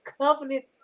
covenant